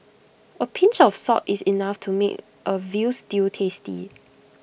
A pinch of salt is enough to make A Veal Stew tasty